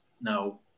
no